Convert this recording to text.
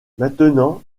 maintenant